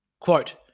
Quote